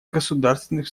государственных